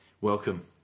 welcome